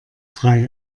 frei